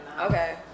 Okay